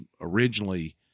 originally